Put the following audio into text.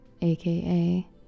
aka